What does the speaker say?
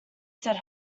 said